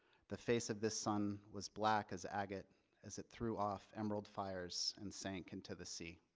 the face of this sun was black as agate as it threw off emerald fires and sank into the sea.